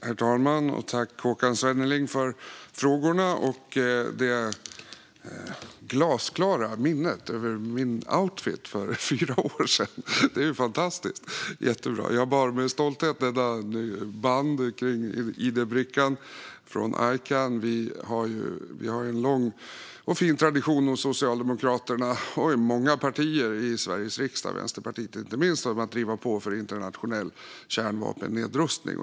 Herr talman! Tack, Håkan Svenneling för frågorna och för det glasklara minnet av min outfit för fyra år sedan! Det är fantastiskt, jättebra. Jag bar med stolthet bandet från Ican kring id-brickan. Socialdemokraterna och många partier i Sveriges riksdag, inte minst Vänsterpartiet, har en lång och fin tradition av att driva på för internationell kärnvapennedrustning.